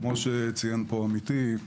כפי שציין פה עמיתי,